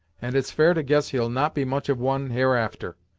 and it's fair to guess he'll not be much of one, hereafter!